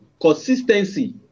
consistency